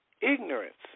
ignorance